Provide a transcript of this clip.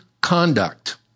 conduct